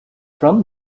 from